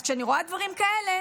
אז כשאני רואה דברים כאלה,